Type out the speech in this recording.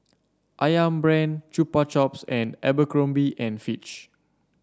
ayam Brand Chupa Chups and Abercrombie and Fitch